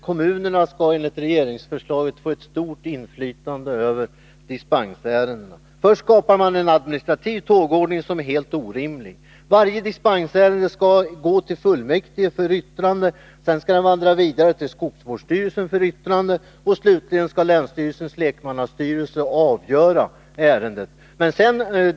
Kommunerna skall enligt regeringsförslaget få ett stort inflytande över dispensärendena. Först skapar man en administrativ tågordning som är helt orimlig. Varje dispensärende skall gå till fullmäktige för yttrande. Sedan skall det vandra vidare till skogsvårdsstyrelsen för yttrande, och slutligen skall länsstyrelsens lekmannastyrelse avgöra ärendet.